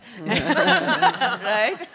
right